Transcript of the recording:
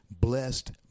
blessed